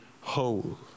whole